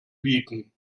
bieten